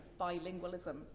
bilingualism